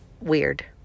weird